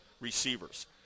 receivers